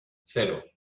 cero